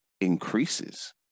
increases